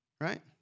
Right